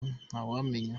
ntawamenya